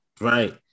Right